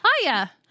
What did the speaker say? Hiya